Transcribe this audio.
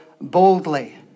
boldly